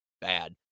bad